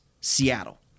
Seattle